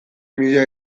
mila